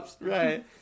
Right